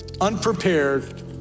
unprepared